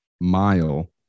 mile